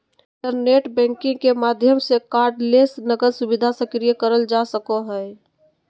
internet banking के माध्यम से कार्डलेस नकद सुविधा सक्रिय करल जा सको हय